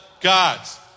God's